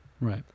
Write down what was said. Right